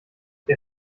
der